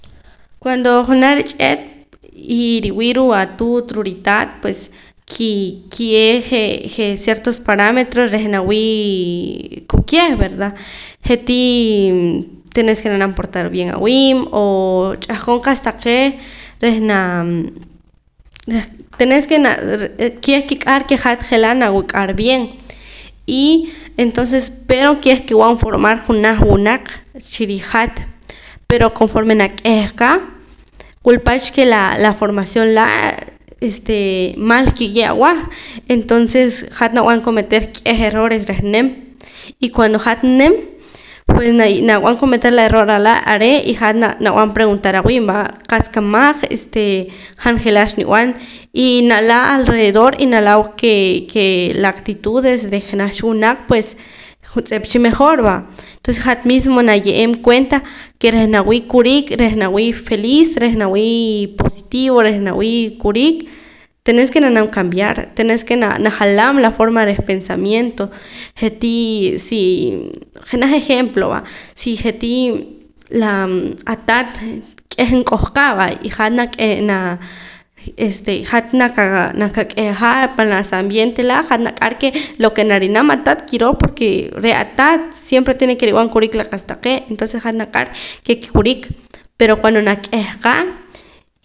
Cuando junaj rich'eet y riwii' ruu' atuut ritaat pués ki kiye' je' je' ciertos parámetros reh nawii' ku'yeh verdad je'tii tenés e na'nam portar bien awiib' o ch'ahqon qa'sa taqee' reh naa reh tenés ke naa keh kik'ar ke hat je'laa nawuk'ar bien y entonces pero keh kib'an formar junaj wunaq chi riij hat pero conforma nak'eja qa wulpach ke la la formación laa' este mal kiye' awah entonces hat nab'an cometer k'eh errores reh nim y cuando hat nim pues naye' nab'an cometer la errores laa' are' y hat nab'an preguntar awiib' va qa'sa kamaj este han je'laa xnib'an y nala' alrededor y nala' kee ke la actitudes reh jenaj cha wunaq juntz'ep cha mejor va entonces hat mismo naye'em cuenta ke reh nawii' kurik reh nawii' feliz reh nawii' positivo reh nawii' kurik tenés ke nab'anam cambiar tenés ke na najalam la forma reh pensamiento je'tii si jenaj ejemplo va si je'tii la ataat k'eh nk'ohqa va y hat nak'e naa este hat naqak'eja pan la sa ambiente laa' hat naq'ar ke lo ke nar'nam ataat kiroo porque re' ataat siempre tiene ke rib'an kurik la qa'sa taqee' entonces hat naq'ar ke kurik pero cuando nak'eja qa